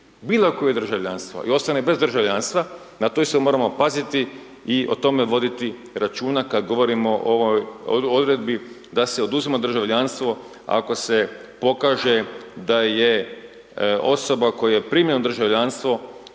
bilo koje državljanstvo i ostane bez državljanstva, na to isto moramo paziti i o tome voditi računa kada govorimo o ovoj odredbi da se oduzima državljanstvo ako se pokaže da je osoba koja je primljena u državljanstvo